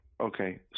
okay